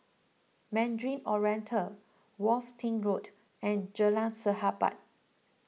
Mandarin Oriental Worthing Road and Jalan Sahabat